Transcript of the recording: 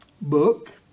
book